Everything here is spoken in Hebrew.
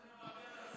אני לא רוצה,